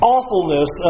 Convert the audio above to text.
Awfulness